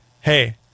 hey